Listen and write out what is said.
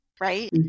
right